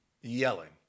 yelling